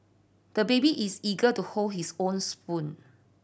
the baby is eager to hold his own spoon